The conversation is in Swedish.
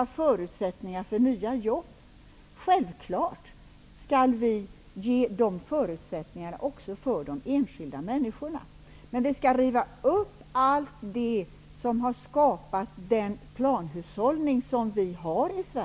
och förutsättningar för nya jobb. Självfallet skall vi skapa förutsättningar också för de enskilda människorna. Men vi skall riva upp allt det som har skapat den planhushållning som vi har i Sverige.